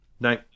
No